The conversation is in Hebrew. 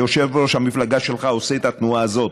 ויושב-ראש המפלגה שלך עושה את התנועה הזאת,